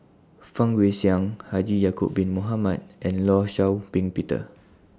Fang Guixiang Haji Ya'Acob Bin Mohamed and law Shau Ping Peter